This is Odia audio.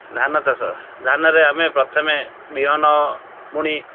ଧାନ ଚାଷ ଧାନରେ ଆମେ ପ୍ରଥମେ ବିହନ ବୁଣି